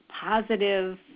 positive